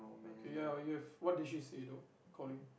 okay ya you have what did she say though Coleen